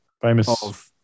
famous